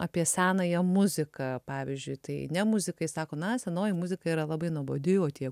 apie senąją muziką pavyzdžiui tai ne muzikai sako na senoji muzika yra labai nuobodi o tie